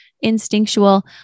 instinctual